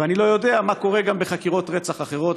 ואני לא יודע מה קורה גם בחקירות רצח אחרות.